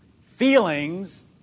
feelings